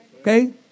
Okay